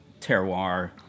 terroir